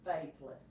Faithless